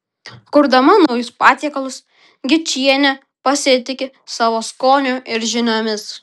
kurdama naujus patiekalus gečienė pasitiki savo skoniu ir žiniomis